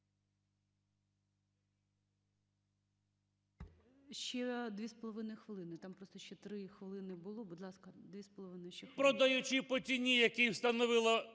Ще 2,5 хвилини. Там просто ще 3 хвилини було, будь ласка, 2,5 ще.